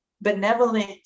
benevolent